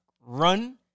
run